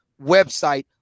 website